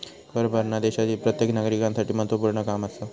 कर भरना देशातील प्रत्येक नागरिकांसाठी महत्वपूर्ण काम आसा